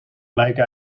lijken